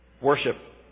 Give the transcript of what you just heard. worship